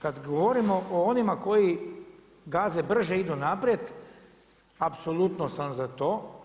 Kad govorimo o onima koji gaze brže idu naprijed apsolutno sam za to.